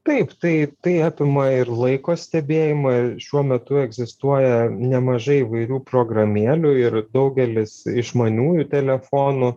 taip tai tai apima ir laiko stebėjimą šiuo metu egzistuoja nemažai įvairių programėlių ir daugelis išmaniųjų telefonų